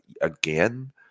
again